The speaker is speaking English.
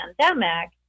pandemic